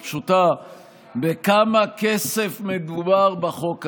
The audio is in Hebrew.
בכמה כסף מדובר בחוק הזה?